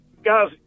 Guys